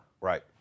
Right